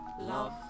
Love